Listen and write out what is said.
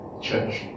church